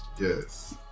Yes